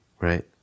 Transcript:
right